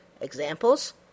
Examples